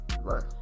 Right